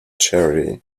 charity